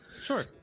sure